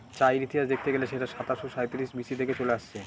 চায়ের ইতিহাস দেখতে গেলে সেটা সাতাশো সাঁইত্রিশ বি.সি থেকে চলে আসছে